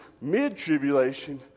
mid-tribulation